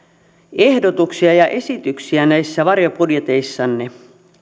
ehdotuksia ja esityksiä näissä varjobudjeteissanne